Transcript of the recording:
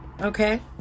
okay